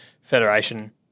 Federation